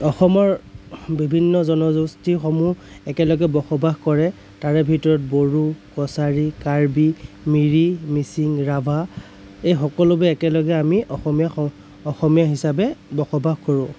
অসমৰ বিভিন্ন জনগোষ্ঠীসমূহ একেলগে বসবাস কৰে তাৰে ভিতৰত বড়ো কছাৰী কাৰ্বি মিৰি মিচিং ৰাভা এই সকলোবোৰ একেলগে আমি অসমীয়া অসমীয়া হিচাপে বসবাস কৰোঁ